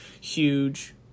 huge